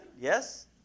Yes